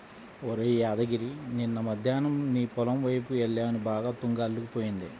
ఒరేయ్ యాదగిరి నిన్న మద్దేన్నం నీ పొలం వైపు యెల్లాను బాగా తుంగ అల్లుకుపోయింది